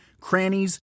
crannies